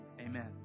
Amen